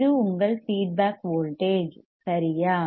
இது உங்கள் feedback voltage சரியா